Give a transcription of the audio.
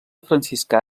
franciscà